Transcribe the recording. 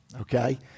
okay